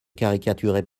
caricaturez